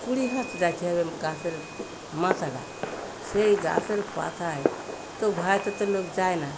কুড়ি হাত হবে গাছের মাথাটা সেই গাছের মাথায় তো ভয়েতে তো লোক যায় না